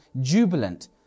jubilant